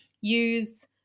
use